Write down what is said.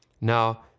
now